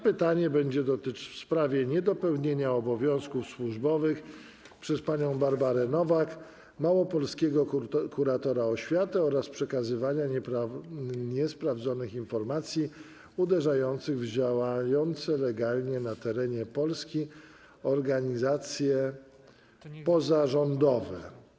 Pytanie będzie w sprawie niedopełnienia obowiązków służbowych przez panią Barbarę Nowak, małopolskiego kuratora oświaty, oraz przekazywania niesprawdzonych informacji uderzających w działające legalnie na terenie Polski organizacje pozarządowe.